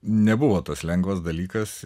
nebuvo tas lengvas dalykas